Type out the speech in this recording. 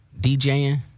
DJing